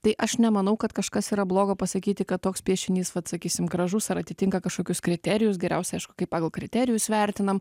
tai aš nemanau kad kažkas yra blogo pasakyti kad toks piešinys vat sakysim gražus ar atitinka kažkokius kriterijus geriausia aišku kai pagal kriterijus vertinam